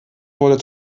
wurde